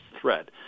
threat